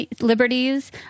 liberties